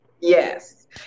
yes